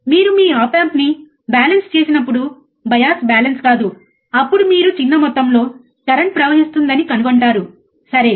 మీరు మీ ఆప్ ఆంప్ను బ్యాలెన్స్ చేసినప్పుడు బయాస్ బ్యాలెన్స్ కాదు అప్పుడు మీరు చిన్న మొత్తంలో కరెంట్ ప్రవహిస్తుందని కనుగొంటారుసరే